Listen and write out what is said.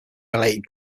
related